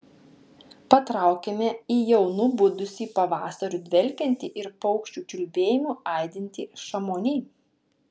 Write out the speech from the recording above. patraukėme į jau nubudusį pavasariu dvelkiantį ir paukščių čiulbėjimu aidintį šamoni